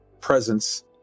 presence